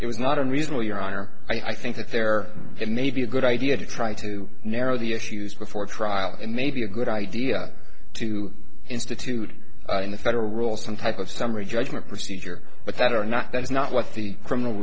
it was not unreasonable your honor i think that there may be a good idea to try to narrow the issues before trial it may be a good idea to institute in the federal rule some type of summary judgment procedure but that or not that's not what the